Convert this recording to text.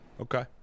Okay